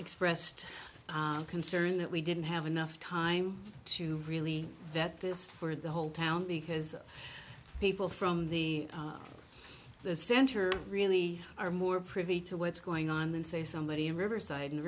expressed concern that we didn't have enough time to really that this for the whole town because people from the center really are more privy to what's going on than say somebody in riverside